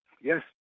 Yes